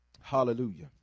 Hallelujah